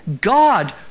God